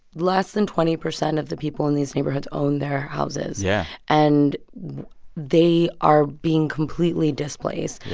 less than twenty percent of the people in these neighborhoods own their houses yeah and they are being completely displaced.